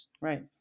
right